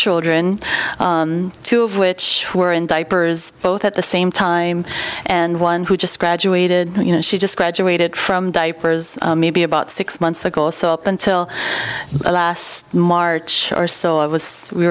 children two of which were in diapers both at the same time and one who just graduated you know she just graduated from diapers maybe about six months ago or so up until last march or so i was